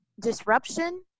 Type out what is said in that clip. disruption